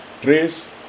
trace